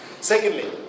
Secondly